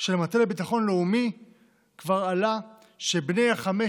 של המטה לביטחון לאומי כבר עלה שבני חמש